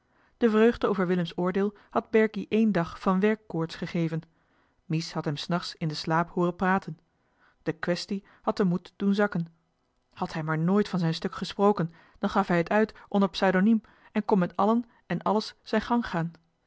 de vreugde over willem's oordeel had berkie één dag van werk koorts gegeven mies had hem s nachts in den slaap hooren praten de kwestie had den moed doen zakken had hij maar nooit van zijn stuk gesproken dan gaf hij het uit onder pseudoniem en kon met allen en alles zijn gang gaan